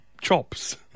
chops